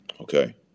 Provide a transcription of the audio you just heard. okay